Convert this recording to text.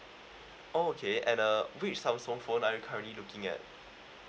oh okay and uh which Samsung phone are you currently looking at